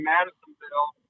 Madisonville